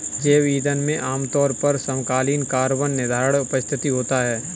जैव ईंधन में आमतौर पर समकालीन कार्बन निर्धारण उपस्थित होता है